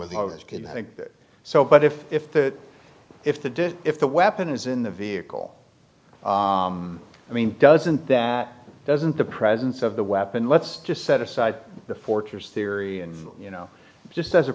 that so but if if the if the did if the weapon is in the vehicle i mean doesn't that doesn't the presence of the weapon let's just set aside the fortress theory and you know just as a